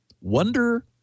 wonder